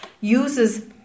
uses